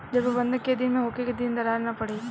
जल प्रबंधन केय दिन में होखे कि दरार न पड़ी?